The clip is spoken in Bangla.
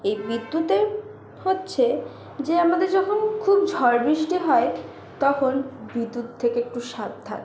এই বিদ্যুতের হচ্ছে যে আমাদের যখন খুব ঝড় বৃষ্টি হয় তখন বিদ্যুৎ থেকে একটু সাবধান